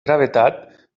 gravetat